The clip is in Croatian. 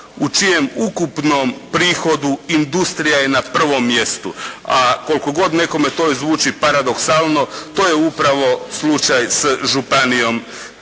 u čijem ukupnom prihodu industrija je na prvom mjestu a koliko god to nekome zvuči paradoksalno to je upravo slučaj s Županijom